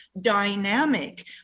dynamic